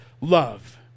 love